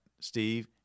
Steve